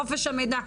חופש המידע.